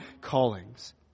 callings